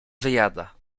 wyjada